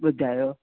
ॿुधायो